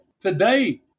today